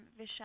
Vishal